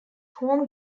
home